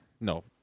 No